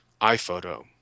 iPhoto